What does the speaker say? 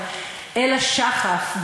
אבל אלה שחף,